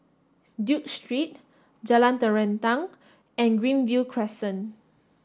Duke Street Jalan Terentang and Greenview Crescent